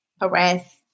harass